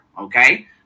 okay